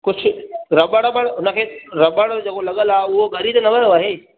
कुझु रबड़ वबड़ उनखे रबड़ जेको लॻियल आहे उहो ॻरी त न वियो आहे